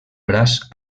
braç